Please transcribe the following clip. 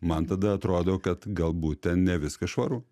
man tada atrodo kad galbūt ten ne viskas švaru